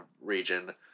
region